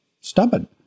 stubborn